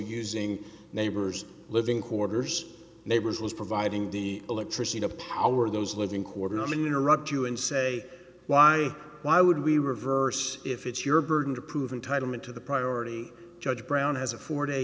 using neighbors living quarters neighbors was providing the electricity to power those living quarters of interrupt you and say why why would we reverse if it's your burden to prove entitlement to the priority judge brown has a four day